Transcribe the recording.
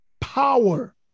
power